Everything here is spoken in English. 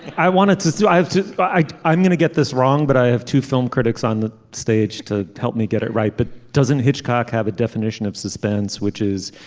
i wanted to throw i have to i'm going to get this wrong but i have to film critics on the stage to help me get it right. but doesn't hitchcock have a definition of suspense which is